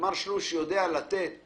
ומר שלוש יודע לתת